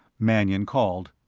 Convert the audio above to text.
mannion called,